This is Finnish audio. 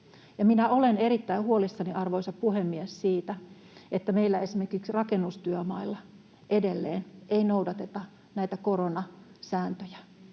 minä olen erittäin huolissani, arvoisa puhemies, siitä, että meillä esimerkiksi rakennustyömailla edelleen ei noudateta näitä koronasääntöjä,